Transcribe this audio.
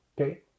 Okay